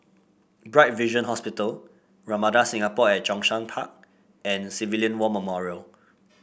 Bright Vision Hospital Ramada Singapore at Zhongshan Park and Civilian War Memorial